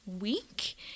week